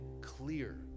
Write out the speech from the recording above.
clear